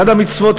"אחת המצוות,